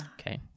okay